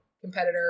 competitor